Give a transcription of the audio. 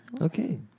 okay